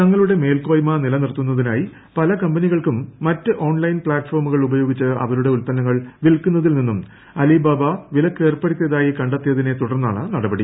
തങ്ങളുടെ മേൽക്കോയ്മ നിലനിർത്തുന്നതിനായി പല കമ്പനികൾക്കും മറ്റ് ഓൺലൈൻ പ്ലാറ്റ് ഫോമുകൾ ഉപയോഗിച്ച് അവരുടെ ഉൽപന്നങ്ങൾ വിൽക്കുന്നതിൽ അലിബാബ വിലക്കേർപ്പെടുത്തിയിരുന്നതായി നിന്നും കണ്ടെത്തിയതിനെ തുടർന്നാണ് നടപടി